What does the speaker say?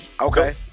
Okay